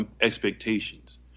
expectations